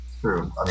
true